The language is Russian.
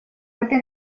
этой